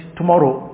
tomorrow